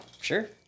Sure